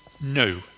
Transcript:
No